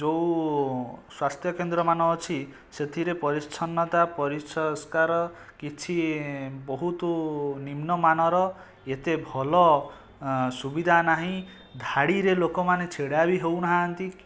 ଯେଉଁ ସ୍ୱାସ୍ଥ୍ୟକେନ୍ଦ୍ର ମାନ ଅଛି ସେଥିରେ ପରିଚ୍ଛର୍ନତା ପରିସସ୍କାର କିଛି ବହୁତ ନିମ୍ନମାନର ଏତେ ଭଲ ସୁବିଧା ନାହିଁ ଧାଡ଼ିରେ ଲୋକମାନେ ଛିଡ଼ା ବି ହେଉନାହାନ୍ତି